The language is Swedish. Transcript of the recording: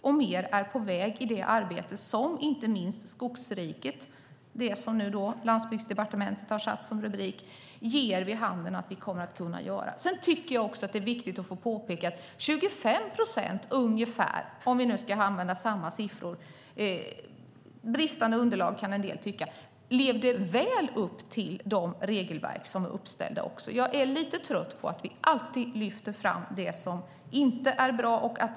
Och mer är på väg i det arbete som inte minst Skogsriket, det som Landsbygdsdepartementet nu har satt som rubrik, ger vid handen att vi kommer att kunna göra. Sedan tycker jag att det är viktigt att få påpeka att ungefär 25 procent, om vi nu ska använda samma siffror, levde väl upp till de regelverk som är uppställda - en del kan tycka att det är ett bristande underlag. Jag är lite trött på att vi alltid lyfter fram det som inte är bra.